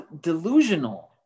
delusional